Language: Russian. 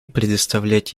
предоставлять